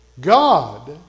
God